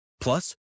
Plus